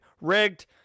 rigged